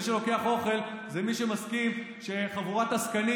מי שלוקח אוכל זה מי שמסכים שחבורת עסקנים